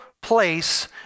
place